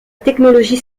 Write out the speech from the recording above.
technologie